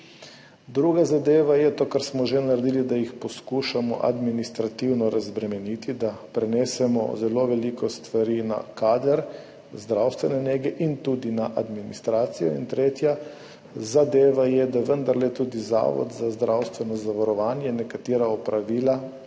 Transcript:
Druga zadeva je to, kar smo že naredili, da jih poskušamo administrativno razbremeniti, da prenesemo zelo veliko stvari na kader zdravstvene nege in tudi na administracijo. In tretja zadeva je, da vendarle tudi Zavod za zdravstveno zavarovanje nekatera opravila